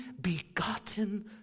begotten